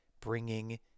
bringing